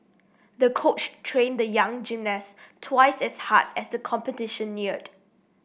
the coach trained the young gymnast twice as hard as the competition neared